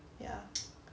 ya